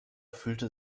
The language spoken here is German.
fühlte